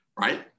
Right